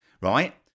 Right